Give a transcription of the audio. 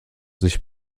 sich